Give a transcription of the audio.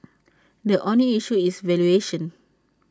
the only issue is valuation